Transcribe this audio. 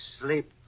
Sleep